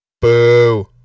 Boo